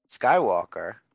Skywalker